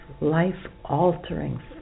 life-altering